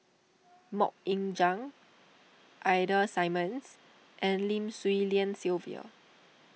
Mok Ying Jang Ida Simmons and Lim Swee Lian Sylvia